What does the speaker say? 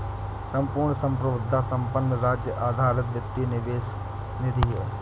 संपूर्ण संप्रभुता संपन्न राज्य आधारित वित्तीय निवेश निधि है